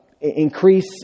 increase